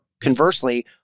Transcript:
conversely